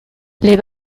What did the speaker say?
les